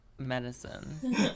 medicine